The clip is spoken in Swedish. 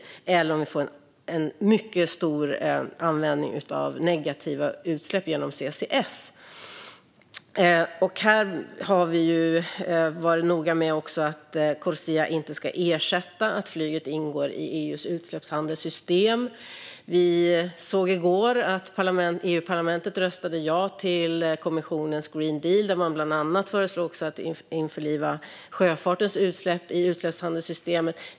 Det kan också handla om att vi får en mycket stor användning av negativa utsläpp genom CCS. Här har vi varit noga med att Corsia inte ska ersätta att flyget ingår i EU:s utsläppshandelssystem. Vi såg i går att EU-parlamentet röstade ja till kommissionens Green Deal, där man bland annat föreslog att sjöfartens utsläpp skulle införlivas i utsläppshandelssystemet.